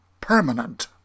permanent